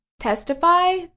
testify